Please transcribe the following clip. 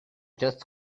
just